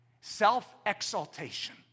Self-exaltation